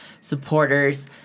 supporters